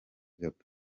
gabby